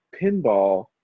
pinball